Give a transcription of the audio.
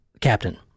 captain